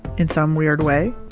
in some weird way,